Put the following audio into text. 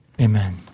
Amen